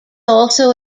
also